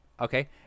okay